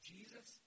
Jesus